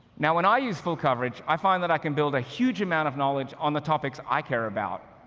now, when i use full coverage, i find that i can build a huge amount of knowledge on the topics i care about.